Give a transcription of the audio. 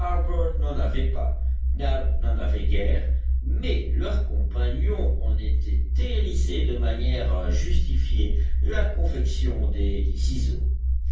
n'en avait pas nab n'en avait guère mais leurs compagnons en étaient hérissés de manière à justifier la confection desdits